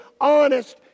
honest